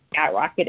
skyrocketed